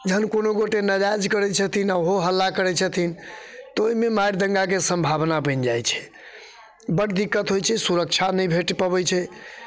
जहन कोनो गोटे नाजायज करैत छथिन आ हो हल्ला करैत छथिन तऽ ओहिमे मारि दङ्गाके संभावना बनि जाइत छै बड दिक्कत होइत छै सुरक्षा नहि भेट पबैत छै